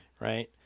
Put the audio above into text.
right